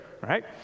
right